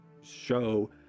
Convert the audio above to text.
show